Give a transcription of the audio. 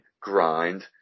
grind